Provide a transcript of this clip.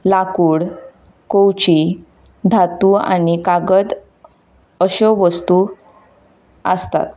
लाकूड खंवची धातू आनी कागद अश्यो वस्तू आसतात